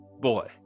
Boy